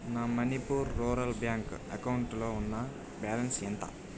నా Manipur rural bank అకౌంటులో ఉన్న బ్యాలన్స్ ఎంత